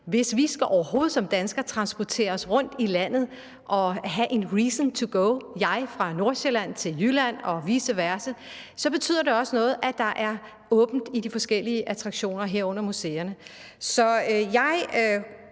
danskere overhovedet skal transportere os rundt i landet og have en reason to go – jeg fra Nordsjælland til Jylland og vice versa – betyder det også noget, at der er åbent i de forskellige attraktioner, herunder museerne.